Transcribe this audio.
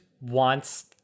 wants